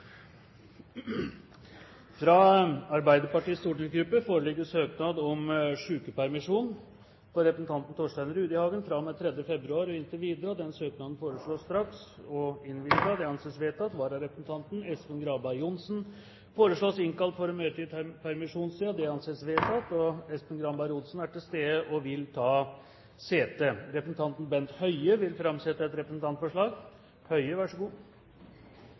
Fra Arbeiderpartiets stortingsgruppe foreligger søknad om sykepermisjon for representanten Torstein Rudihagen fra og med 3. februar og inntil videre. Etter forslag fra presidenten ble enstemmig besluttet: Søknaden behandles straks og innvilges. Vararepresentanten, Espen Granberg Johnsen, innkalles for å møte i permisjonstiden. Espen Granberg Johnsen er til stede og vil ta sete. Representanten Bent Høie vil framsette et representantforslag.